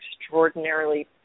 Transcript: extraordinarily